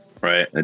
right